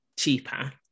cheaper